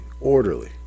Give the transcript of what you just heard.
orderly